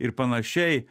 ir panašiai